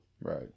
Right